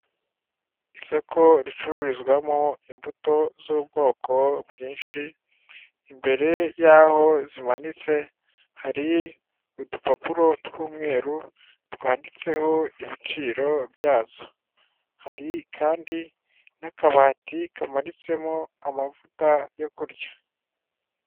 Isoko ricururizwamo imbuto z'ubwoko bwinshi, imbere yaho zimanitse hari udupapuro tw'umweru, twanditseho ibiciro byazo, hari kandi n'akabati kamanitsemo amavuta yo kurya.